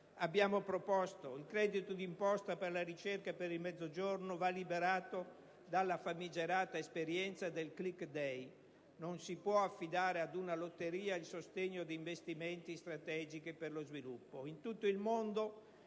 Abbiamo proposto che il credito d'imposta per la ricerca e per il Mezzogiorno vada liberato dalla famigerata esperienza del *click day*. Non si può affidare ad una lotteria il sostegno ad investimenti strategici per lo sviluppo.